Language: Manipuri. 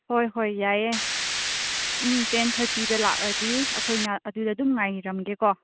ꯍꯣꯏ ꯍꯣꯏ ꯌꯥꯏꯌꯦ ꯎꯝ ꯇꯦꯟ ꯊꯥꯔꯇꯤꯗ ꯂꯥꯛꯂꯗꯤ ꯑꯩꯈꯣꯏꯅ ꯑꯗꯨꯗ ꯑꯗꯨꯝ ꯉꯥꯏꯔꯝꯒꯦꯀꯣ